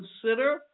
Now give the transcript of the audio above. consider